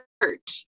hurt